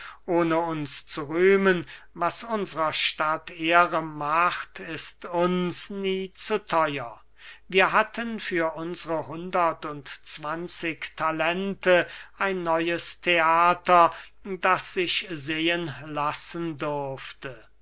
ohne uns zu rühmen was unsrer stadt ehre macht ist uns nie zu theuer wir hatten für unsre hundert und zwanzig talente ein neues theater das sich sehen lassen durfte